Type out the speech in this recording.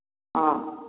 অ'